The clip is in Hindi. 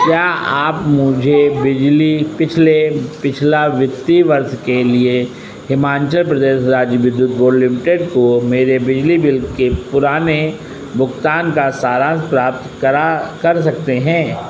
क्या आप मुझे पिछले पिछला वित्तीय वर्ष के लिए हिमाचल प्रदेश राज्य विद्युत बोर्ड लिमिटेड को मेरे बिजली बिल के पुराने भुगतान का सारांश प्राप्त करा कर सकते हैं